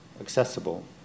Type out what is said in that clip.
accessible